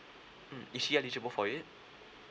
mm is she eligible for it